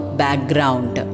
background